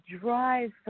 drive